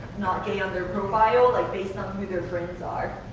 not gay, on their profile like based on who their friends are.